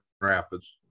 Rapids